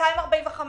ב-245